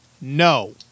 No